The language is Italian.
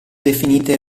definita